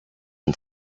and